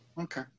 Okay